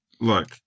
look